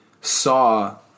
saw